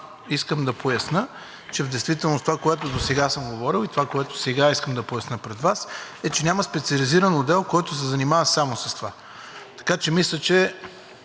искам да поясня, че в действителност това, което сега съм говорил, и това, което сега искам да поясня пред Вас, е, че няма специализиран отдел, който да се занимава само с това. Мисля, че